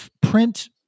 Print